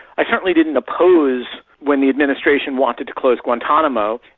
i certainly didn't oppose when the administration wanted to close guantanamo,